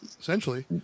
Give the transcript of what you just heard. Essentially